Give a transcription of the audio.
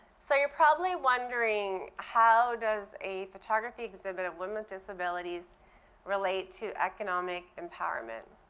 so you're probably wondering how does a photography exhibit of women's disabilities relate to economic empowerment.